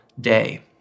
day